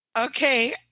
Okay